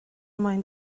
mwyn